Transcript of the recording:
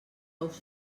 ous